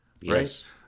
Yes